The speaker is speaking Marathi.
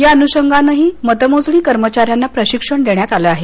या अनुषंगानंही मतमोजणी कर्मचाऱ्यांना प्रशिक्षण देण्यात आलं आहे